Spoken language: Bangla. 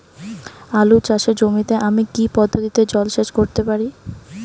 আলু চাষে জমিতে আমি কী পদ্ধতিতে জলসেচ করতে পারি?